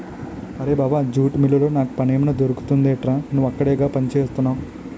అరేయ్ బావా జూట్ మిల్లులో నాకు పనేమైనా దొరుకుతుందెట్రా? నువ్వక్కడేగా పనిచేత్తున్నవు